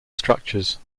structures